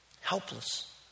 helpless